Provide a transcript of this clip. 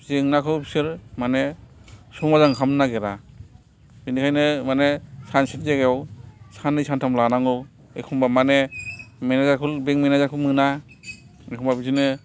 जेंनाखौ बिसोर माने समादान खालामनो नागिरा बिनिखायनो माने सानसेनि जायगायाव साननै सानथाम लानांगौ एखम्बा माने मेनाजारखौ बेंक मेनाजारखौ मोना एखम्बा बिदिनो